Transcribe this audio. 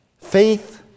Faith